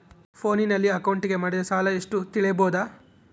ಫೋನಿನಲ್ಲಿ ಅಕೌಂಟಿಗೆ ಮಾಡಿದ ಸಾಲ ಎಷ್ಟು ತಿಳೇಬೋದ?